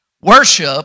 Worship